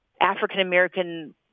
African-American